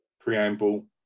preamble